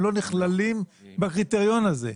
הם לא נכללים בקריטריון הזה.